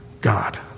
God